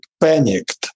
panicked